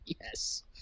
yes